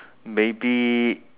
maybe